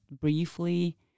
briefly